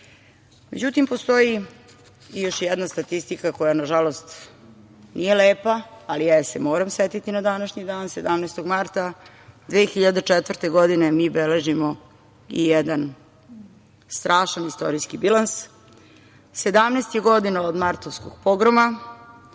društva.Međutim, postoji još jedna statistika koja, na žalost, nije lepa, ali ja je se moram setiti. Na današnji dan, 17. marta 2004. godine, mi beležimo i jedan strašan istorijski bilans. Sedamnaest je godina od martovskog pogroma